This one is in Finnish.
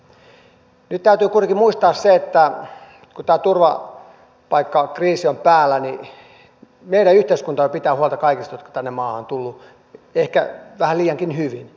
nyt täytyy kuitenkin muistaa se että kun tämä turvapaikkakriisi on päällä niin meidän yhteiskuntamme pitää huolta kaikista jotka tänne maahan ovat tulleet ehkä vähän liiankin hyvin